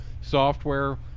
software